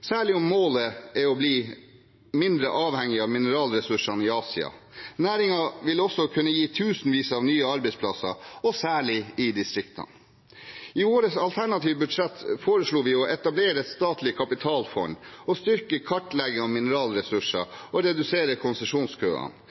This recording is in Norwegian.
særlig om målet er å bli mindre avhengig av mineralressursene i Asia. Næringen vil også kunne gi tusenvis av nye arbeidsplasser, og særlig i distriktene. I årets alternative budsjett foreslo vi å etablere et statlig kapitalfond og styrke kartleggingen av mineralressurser og redusere konsesjonskøene.